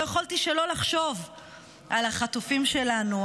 לא יכולתי שלא לחשוב על החטופים שלנו,